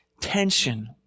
tension